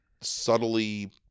subtly